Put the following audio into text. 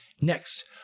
Next